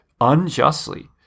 unjustly